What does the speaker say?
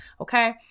Okay